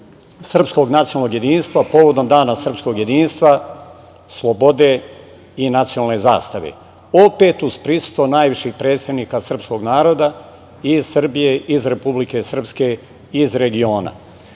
srpskog nacionalnog jedinstva povodom Dana srpskog jedinstva, slobode i nacionalne zastave, opet uz prisustvo najviših predstavnika srpskog naroda iz Srbije i Republike Srpske i iz regiona. Tog